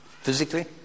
Physically